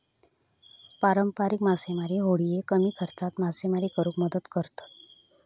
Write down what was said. पारंपारिक मासेमारी होडिये कमी खर्चात मासेमारी करुक मदत करतत